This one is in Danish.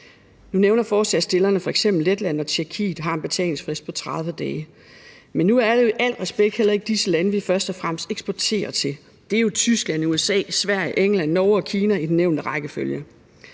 Nu nævner forslagsstillerne f.eks., at Letland og Tjekkiet har en betalingsfrist på 30 dage. Men nu er det med al respekt heller ikke disse lande, vi først og fremmest eksporterer til. Det er jo Tyskland, USA, Sverige, England, Norge og Kina i den nævnte rækkefølge.